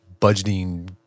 budgeting